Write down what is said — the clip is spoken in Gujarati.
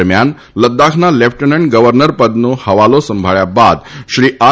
દરમિયાન લદ્દાખના લેફટનંટ ગવર્નરપદનો હવાલો સંભાબ્યા બાદ શ્રી આર